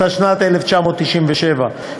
התשנ"ז 1997,